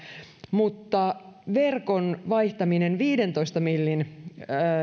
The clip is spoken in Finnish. mutta verkon vaihtaminen viidentoista millin